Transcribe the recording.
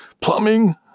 plumbing